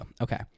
Okay